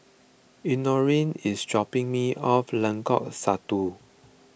Elenore is dropping me off Lengkong Satu